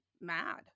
mad